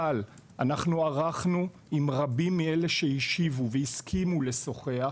אבל אנחנו ערכנו עם רבים מאלה שהשיבו והסכימו לשוחח